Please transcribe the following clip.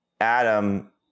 Adam